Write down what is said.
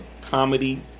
Comedy